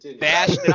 Bash